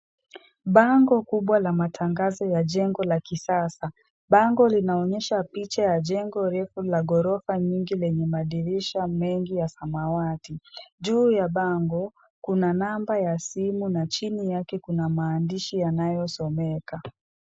Bango kubwa la matangazo ya jengo la kisasa. Bango linaonyesha picha ya jengo refu la ghorofa nyingi lenye madirisha mengi ya samawati. Juu ya bango kuna numba ya simu na chini yake kuna maandishi yanayo someka.